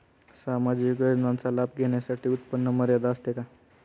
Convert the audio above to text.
सामाजिक योजनांचा लाभ घेण्यासाठी उत्पन्न मर्यादा असते का?